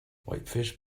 whitefish